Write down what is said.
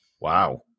Wow